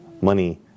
money